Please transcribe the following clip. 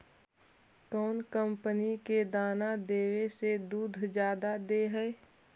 कौन कंपनी के दाना देबए से दुध जादा दे है?